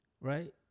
right